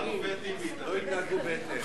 שהשחקנים יתנהגו בהתאם.